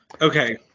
Okay